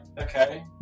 okay